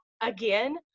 again